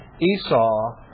Esau